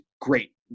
great